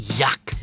yuck